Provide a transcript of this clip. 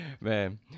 man